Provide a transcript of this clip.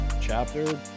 chapter